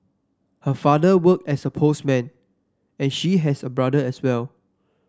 her father worked as a postman and she has a brother as well